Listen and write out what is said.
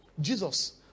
Jesus